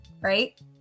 right